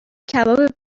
کباب